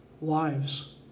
lives